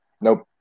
Nope